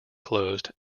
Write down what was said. closed